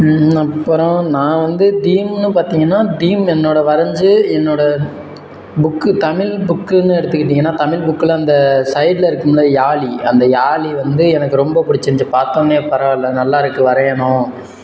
அப்புறம் நான் வந்து தீமுன்னு பார்த்திங்கன்னா தீம் என்னோடய வரைஞ்சி என்னோடய புக்கு தமிழ் புக்குன்னு எடுத்துக்கிட்டிங்கன்னால் தமிழ் புக்கில் அந்த சைடில் இருக்குமில்ல யாழி அந்த யாழி வந்து எனக்கு ரொம்ப பிடிச்சிருந்துச்சி பார்த்தோன்னே பரவாயில்லை நல்லா இருக்குது வரையணும்